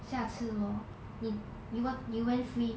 下次 lor 你 you when you when free